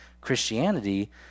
Christianity